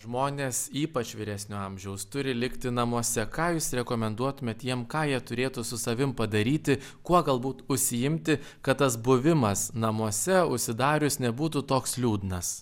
žmonės ypač vyresnio amžiaus turi likti namuose ką jūs rekomenduotumėt jiem ką jie turėtų su savim padaryti kuo galbūt užsiimti kad tas buvimas namuose užsidarius nebūtų toks liūdnas